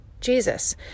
Jesus